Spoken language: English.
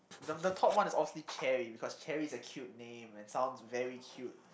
the the top one is obviously Cherry because Cherry is a cute name it sounds very cute